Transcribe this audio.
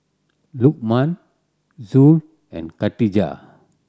Lukman Zul and Khadija